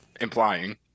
implying